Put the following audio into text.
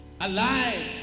alive